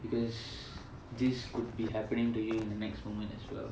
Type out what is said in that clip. because this could be happening to you in the next moment as well